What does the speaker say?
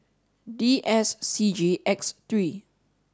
D S C G X three